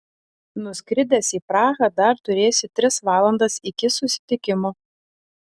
nuskridęs į prahą dar turėsi tris valandas iki susitikimo